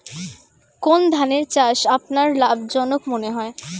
কোন ধানের চাষ আপনার লাভজনক মনে হয়?